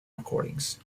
recordings